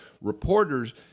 reporters